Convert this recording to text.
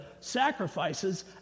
sacrifices